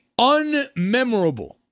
unmemorable